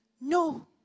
No